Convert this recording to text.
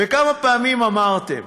כמה פעמים אמרתם,